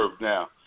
now